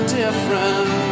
different